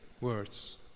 words